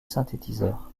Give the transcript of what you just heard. synthétiseurs